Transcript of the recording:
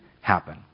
happen